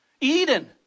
Eden